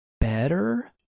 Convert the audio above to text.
better